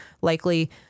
likely